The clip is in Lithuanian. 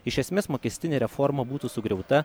iš esmės mokestinė reforma būtų sugriauta